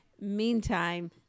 Meantime